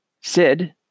Sid